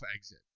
exit